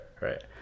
Right